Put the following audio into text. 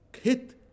hit